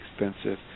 expensive